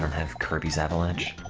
um have kirby's avalanche